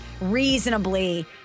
reasonably